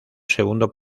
segundo